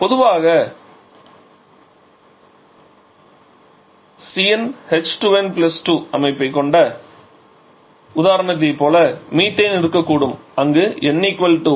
பொதுவாக CnH2n2 அமைப்பைக் கொண்ட உதாரணத்தைப் போல மீத்தேன் இருக்கக்கூடும் அங்கு n 1